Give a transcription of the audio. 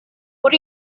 what